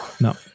no